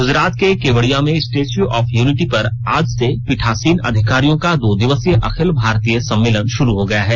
ग्जरात के केवडिया में Statue of Unity पर आज से पीठासीन अधिकारियों का दो दिवसीय अखिल भारतीय सम्मेलन शुरू हो गया है